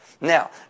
Now